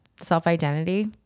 self-identity